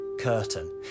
curtain